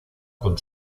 con